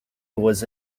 was